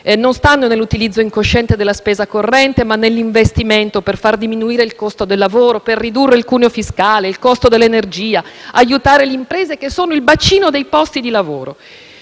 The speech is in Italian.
non stanno nell'utilizzo incosciente della spesa corrente, ma nell'investimento per far diminuire il costo del lavoro, per ridurre il cuneo fiscale e il costo dell'energia, per aiutare le imprese, che sono il bacino dei posti di lavoro.